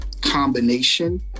combination